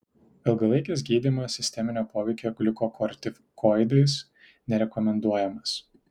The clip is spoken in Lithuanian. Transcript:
ilgalaikis gydymas sisteminio poveikio gliukokortikoidais nerekomenduojamas